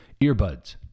earbuds